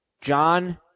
John